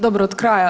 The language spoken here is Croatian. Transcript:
Dobro od kraja.